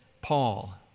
Paul